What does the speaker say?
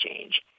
change